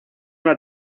una